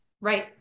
Right